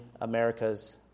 America's